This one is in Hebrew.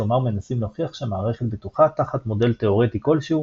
כלומר מנסים להוכיח שהמערכת בטוחה תחת מודל תאורטי כלשהו